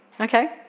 Okay